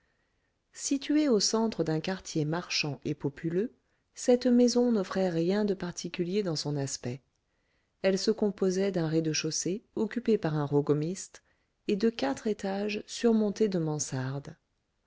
située au centre d'un quartier marchand et populeux cette maison n'offrait rien de particulier dans son aspect elle se composait d'un rez-de-chaussée occupé par un rogomiste et de quatre étages surmontés de mansardes